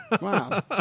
Wow